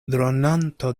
dronanto